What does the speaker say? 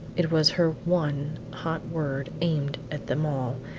it was her one hot word aimed at them all,